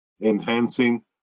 Enhancing